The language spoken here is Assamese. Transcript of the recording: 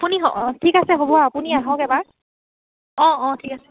আপুনি অঁ ঠিক আছে হ'ব আপুনি আহক এবাৰ অঁ অঁ ঠিক আছে